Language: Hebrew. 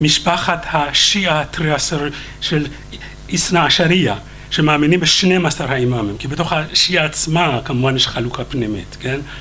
משפחת השיעה התריעשר של איסנה השריעה שמאמינים בשנים עשר האימאמים, כי בתוך השיעה עצמה כמובן יש חלוקה פנימית, כן?